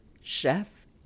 chef